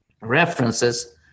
references